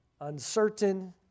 uncertain